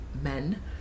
Men